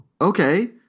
Okay